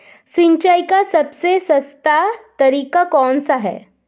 सिंचाई का सबसे सस्ता तरीका कौन सा है?